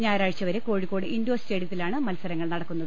ഞായറാഴ്ച വരെ കോഴിക്കോട് ഇൻഡോർ സ്റ്റേഡിയത്തിലാണ് മത്സരങ്ങൾ നടക്കുന്നത്